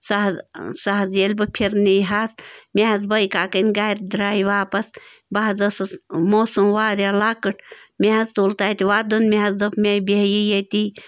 سۄ حظ سۄ حظ ییٚلہِ بہٕ پھِرٕ نیٖہَس مےٚ حظ بٔیکاکَنۍ گَرِ درٛایہِ واپس بہٕ حظ ٲسٕس موسوٗم واریاہ لۄکٕٹ مےٚ حظ تُل تَتہِ وَدُن مےٚ حظ دوٚپ مےٚ بیٚہہِ یہِ ییٚتی